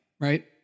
Right